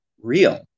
real